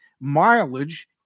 mileage